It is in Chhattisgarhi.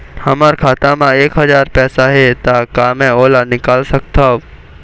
हमर खाता मा एक हजार पैसा हे ता का मैं ओला निकाल सकथव?